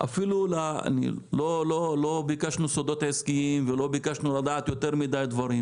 לא ביקשנו סודות עסקיים ולא ביקשנו לדעת יותר מדי דברים